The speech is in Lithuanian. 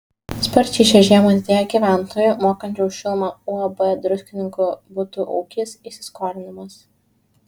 sparčiai šią žiemą didėja gyventojų mokančių už šilumą uab druskininkų butų ūkis įsiskolinimas